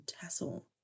tassel